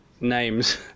names